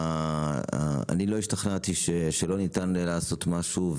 אני לא השתכנעתי שלא ניתן לעשות משהו,